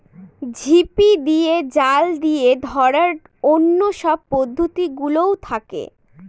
ঝিপি দিয়ে, জাল দিয়ে ধরার অন্য সব পদ্ধতি গুলোও থাকে